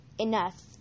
Enough